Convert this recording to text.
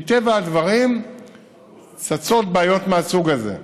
מטבע הדברים צצות בעיות מהסוג הזה.